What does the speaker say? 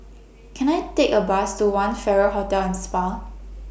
Can I Take A Bus to one Farrer Hotel and Spa